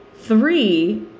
Three